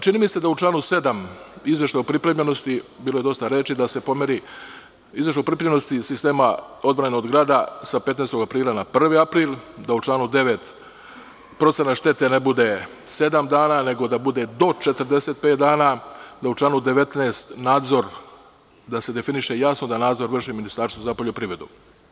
Čini mi se da u članu 7, izveštaj o pripremljenosti, bilo je dosta reči, da se pomeri izveštaj o pripremljenosti sistema odbrane od grada sa 15. aprila na 1. april, da u članu 9. procenat štete ne bude sedam dana, nego da bude do 45 dana, da se u članu 19. preciznije definiše da nadzor vrši Ministarstvo za poljoprivredu.